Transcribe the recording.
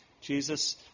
Jesus